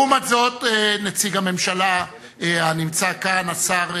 לעומת זאת, נציג הממשלה הנמצא כאן, השר,